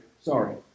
sorry